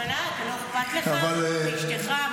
לא אכפת לך מאשתך?